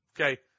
Okay